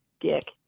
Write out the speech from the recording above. dick